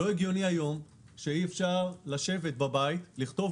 לא הגיוני היום שאי אפשר לשבת בבית ולכתוב